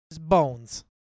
Bones